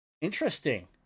Interesting